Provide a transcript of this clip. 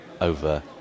over